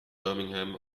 birmingham